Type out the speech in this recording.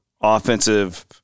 offensive